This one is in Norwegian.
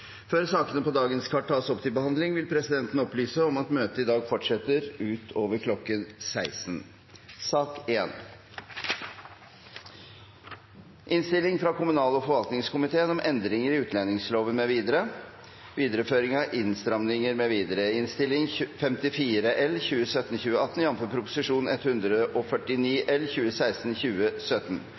Før sakene på dagens kart tas opp til behandling, vil presidenten opplyse om at møtet i dag fortsetter utover kl. 16. Etter ønske fra kommunal- og forvaltningskomiteen